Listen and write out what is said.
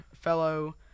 fellow